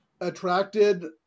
attracted